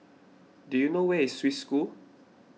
do you know where is Swiss School